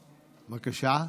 נתקבלה.